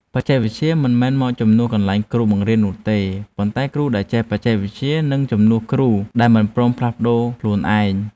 បច្ចេកវិទ្យាមិនមែនមកជំនួសកន្លែងគ្រូបង្រៀននោះទេប៉ុន្តែគ្រូដែលចេះបច្ចេកវិទ្យានឹងជំនួសគ្រូដែលមិនព្រមផ្លាស់ប្តូរខ្លួនឯង។